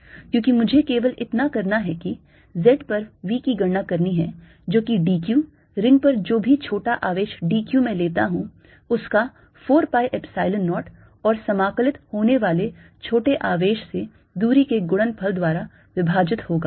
क्योंकि मुझे केवल इतना करना है कि z पर V की गणना करनी है जो कि dq रिंग पर जो भी छोटा आवेश dq मैं लेता हूं उसका 4 pi Epsilon 0 और समाकलित होने वाले छोटे आवेश से दूरी के गुणनफल द्वारा विभाजन होगा